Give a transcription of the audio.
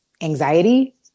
anxiety